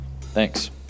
Thanks